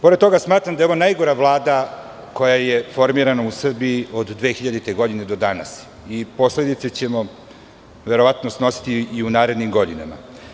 Pored toga, smatram da je ovo najgora Vlada koja je formirana u Srbiji od 2000. godine do danas, a posledice ćemo snositi i u narednim godinama.